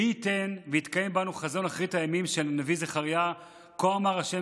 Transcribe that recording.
מי ייתן ויתקיים בנו חזון אחרית הימים של הנביא זכריה: "כה אמר ה'